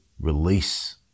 release